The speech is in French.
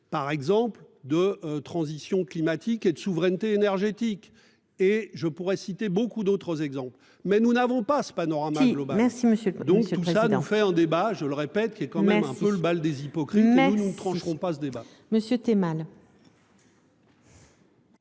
par exemple de transition climatique et de souveraineté énergétique. Et je pourrais citer beaucoup d'autres exemples mais nous n'avons pas ce panorama noblesse mais donc tout ça en fait en débat, je le répète qu'est quand même un peu le bal des hypocrites nous trancheront pas ce débat.